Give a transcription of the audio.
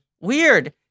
Weird